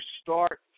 start